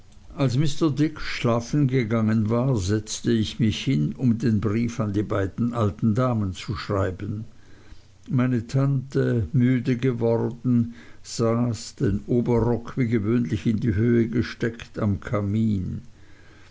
als mr dick schlafen gegangen war setzte ich mich hin um den brief an die beiden alten damen zu schreiben meine tante müde geworden saß den oberrock wie gewöhnlich in die höhe gesteckt am kamin